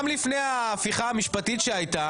גם לפני ההפיכה המשפטית שהייתה,